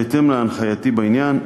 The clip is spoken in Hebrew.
בהתאם להנחייתי בעניין,